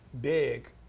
big